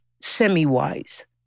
semi-wise